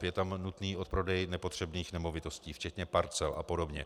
Je tam nutný odprodej nepotřebných nemovitostí včetně parcel a podobně.